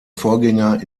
vorgänger